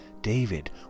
David